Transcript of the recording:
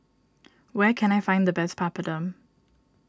where can I find the best Papadum